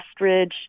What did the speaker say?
Westridge